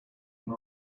when